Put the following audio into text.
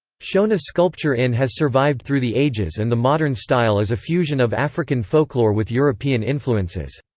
shona sculpture in has survived through the ages and the modern style is a fusion of african folklore with european influences.